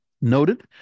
noted